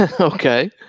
Okay